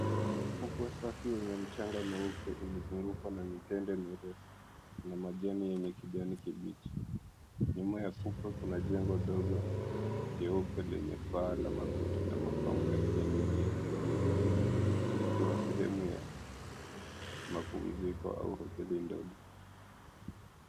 Fukwe safi wenye mchanga mweupe imezungukwa na mitende mirefu na majani yenye kijani kibichi. Nyuma ya fukwe kuna jengo dogo jeupe lenye paa la makuti na mapambo ya kienyeji ya kiswahili likiwa sehemu ya mapumziko au hoteli ndogo.